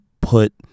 put